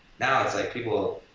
now it's like people,